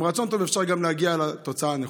עם רצון טוב אפשר להגיע לתוצאה הנכונה.